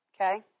Okay